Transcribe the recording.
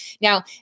Now